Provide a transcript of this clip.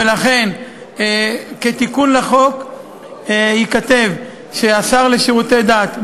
ולכן בתיקון לחוק ייכתב שהשר לשירותי דת,